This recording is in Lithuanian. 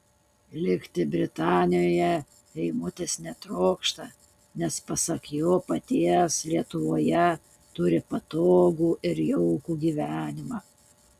likti britanijoje eimutis netrokšta nes pasak jo paties lietuvoje turi patogų ir jaukų gyvenimą